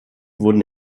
wurden